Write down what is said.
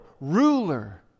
ruler